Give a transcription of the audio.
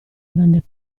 grande